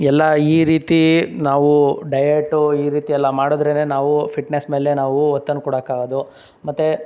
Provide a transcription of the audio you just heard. ಎಲ್ಲ ಈ ರೀತಿ ನಾವು ಡೈಯೆಟು ಈ ರೀತಿಯೆಲ್ಲ ಮಾಡಿದ್ರೆ ನಾವು ಫಿಟ್ನೆಸ್ ಮೇಲೆ ನಾವು ಒತ್ತನ್ನು ಕೊಡೊಕ್ಕಾಗೊದು ಮತ್ತು